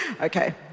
okay